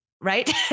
Right